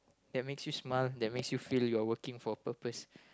that makes you smile that makes you feel you're working for a purpose